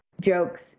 jokes